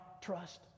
trust